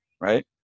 right